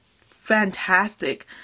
fantastic